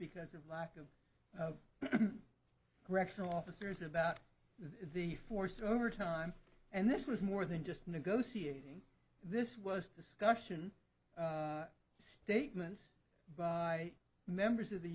because of lack of correctional officers about the forced overtime and this was more than just negotiating this was discussion statements by members of the